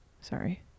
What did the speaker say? Sorry